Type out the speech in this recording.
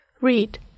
Read